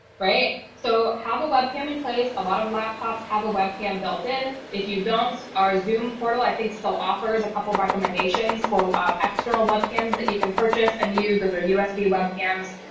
right. so have a webcam and place a lot of laptops have a webcam built in, if you don't, our zoom portal, i think still offers a couple of recommendations for external webcams that you can purchase and use those are usb webcams.